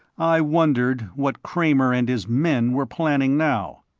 i wondered what kramer and his men were planning now,